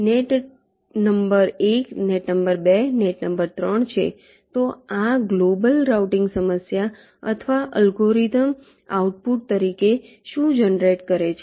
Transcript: net number 1 net number 2 net number 3 છે તો આ ગ્લોબલ રાઉટિંગ સમસ્યા અથવા અલ્ગોરિધમ આઉટપુટ તરીકે શું જનરેટ કરે છે